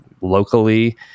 locally